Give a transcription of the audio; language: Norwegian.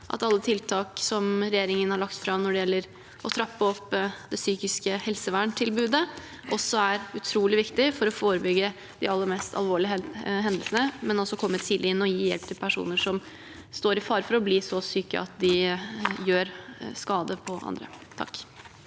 alle tiltak som regjeringen har lagt fram når det gjelder å trappe opp det psykiske helseverntilbudet, er utrolig viktige for å forebygge de aller mest alvorlige hendelsene, men også for å komme tidlig inn og gi hjelp til personer som står i fare for å bli så syke at de gjør skade på andre.